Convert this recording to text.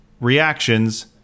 reactions